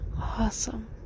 awesome